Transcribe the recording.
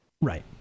Right